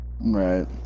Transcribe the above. right